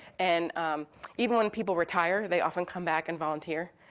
and even when people retire, they often come back and volunteer.